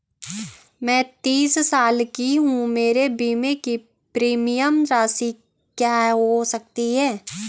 मैं तीस साल की हूँ मेरे बीमे की प्रीमियम राशि क्या हो सकती है?